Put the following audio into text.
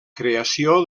creació